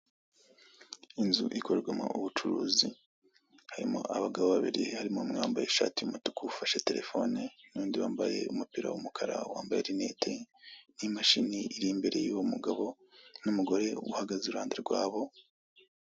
Inzu ikorerwamo ubucuruzi, harimo abagabo babiri, harimo umwe wambaye ishati y'umutuku ufashe telefoni, n'undi wambaye umupira w'umukara wambaye rinete, n'imashini iri imbere y'uwo mugabo, n'umugore uhagaze iruhande rwabo.